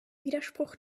widerspruch